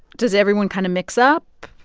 does everyone kind of mix up?